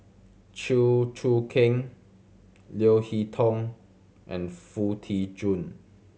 Chew Choo Keng Leo Hee Tong and Foo Tee Jun